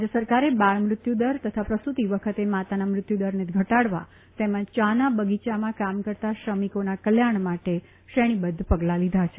રાજ્ય સરકારે બાળ મૃત્યુદર તથા પ્રસૂતી વખતે માતાના મૃત્યુદરને ઘટાડવા તેમ જ ચા ના બગીચામાં કામ કરતા શ્રમિકોના કલ્યાણ માટે શ્રેણીબધ્ધ પગલાં લીધા છે